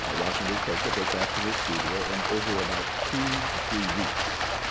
ah rauschenberg takes it, goes back to his studio. and over about two to three weeks,